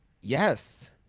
Yes